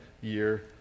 year